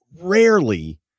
rarely